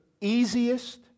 easiest